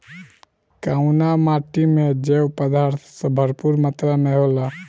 कउना माटी मे जैव पदार्थ भरपूर मात्रा में होला?